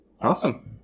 Awesome